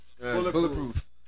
Bulletproof